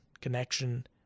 connection